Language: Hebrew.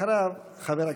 ואחריו, חבר הכנסת,